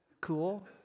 Cool